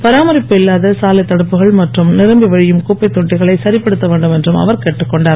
பராமரிப்பு இல்லாத சாலைத் தடுப்புகள் மற்றும் நிரம்பி வழியும் குப்பைத் தொட்டிகளை சரிப்படுத்த வேண்டும் என்றும் அவர் கேட்டுக் கொண்டார்